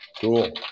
Cool